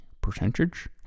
percentage